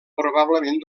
probablement